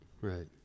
Right